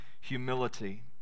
humility